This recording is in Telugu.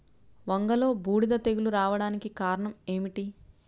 వంగలో బూడిద తెగులు రావడానికి కారణం ఏమిటి?